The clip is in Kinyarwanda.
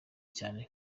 cyane